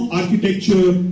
architecture